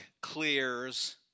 clears